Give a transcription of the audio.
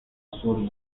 sur